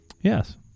Yes